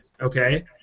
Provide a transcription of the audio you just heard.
Okay